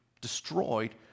destroyed